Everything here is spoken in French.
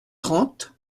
trente